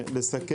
אצלך.